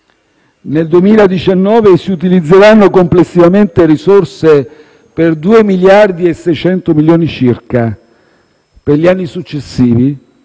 Nel 2019 si utilizzeranno complessivamente risorse per 2 miliardi e 600 milioni circa. Per gli anni successivi